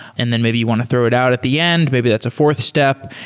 and then maybe you want to throw it out at the end. maybe that's a fourth step,